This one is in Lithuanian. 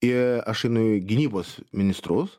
ir aš einu į gynybos ministrus